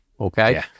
Okay